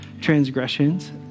transgressions